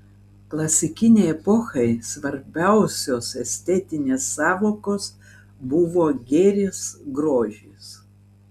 klasikinei epochai svarbiausios estetinės sąvokos buvo gėris grožis